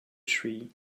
tree